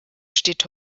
steht